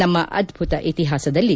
ನಮ್ನ ಅದ್ಗುತ ಇತಿಹಾಸದಲ್ಲಿ